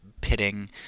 pitting